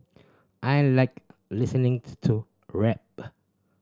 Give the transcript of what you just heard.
I like listening to rap